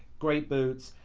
great boots.